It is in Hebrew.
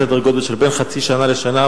סדר-גודל של בין חצי שנה לשנה,